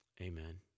amen